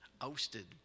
ousted